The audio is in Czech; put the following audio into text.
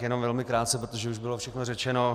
Jenom velmi krátce, protože už bylo všechno řečeno.